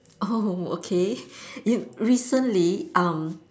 oh okay re~ recently um